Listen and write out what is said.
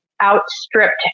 outstripped